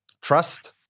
trust